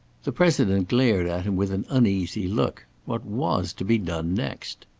the president glared at him with an uneasy look. what was to be done next?